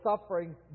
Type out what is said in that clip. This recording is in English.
suffering